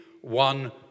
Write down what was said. one